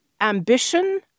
ambition